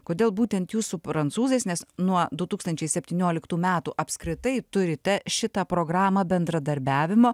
kodėl būtent jūs su prancūzais nes nuo du tūkstančiai septynioliktų metų apskritai turite šitą programą bendradarbiavimo